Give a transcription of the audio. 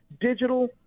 digital